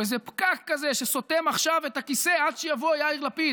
הוא איזה פקק כזה שסותם עכשיו את הכיסא עד שיבוא יאיר לפיד.